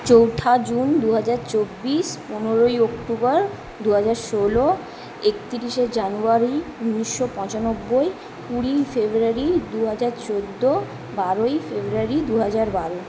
চৌঠা জুন দু হাজার চব্বিশ পনেরোই অক্টোবর দু হাজার ষোলো একতিরিশে জানুয়ারি উনিশশো পঁচানব্বই কুড়িই ফেব্রুয়ারি দু হাজার চোদ্দো বারোই ফেব্রুয়ারি দু হাজার বারো